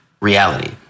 reality